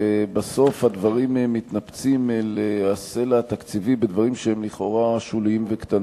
ובסוף הדברים מתנפצים אל הסלע התקציבי בדברים שהם לכאורה שוליים וקטנים.